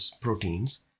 proteins